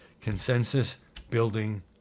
consensus-building